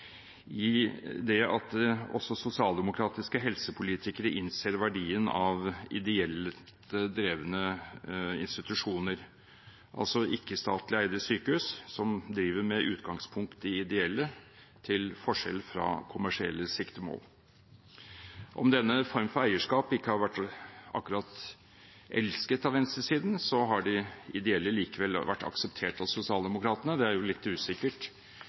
i det at også sosialdemokratiske helsepolitikere innser verdien av ideelt drevne institusjoner, altså ikke-statlig eide sykehus som driver med utgangspunkt i det ideelle, til forskjell fra å ha kommersielle siktemål. Om denne formen for eierskap ikke akkurat har vært elsket av venstresiden, har de ideelle likevel vært akseptert av sosialdemokratene. Det er litt usikkert